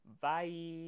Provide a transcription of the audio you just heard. Bye